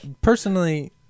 personally